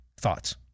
Thoughts